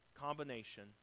combination